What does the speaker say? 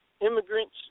immigrants